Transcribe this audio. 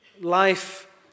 Life